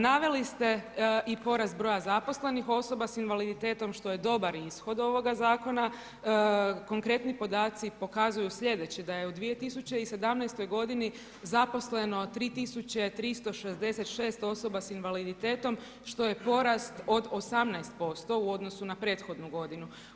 Naveli ste i porast broja zaposlenih osoba sa invaliditetom što je dobar ishod ovog zakona, konkretni podaci pokazuju slijedeće, da je u 2017. godini zaposleno 3 366 osoba sa invaliditetom što je porast od 18% u odnosu na prethodnu godinu.